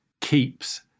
keeps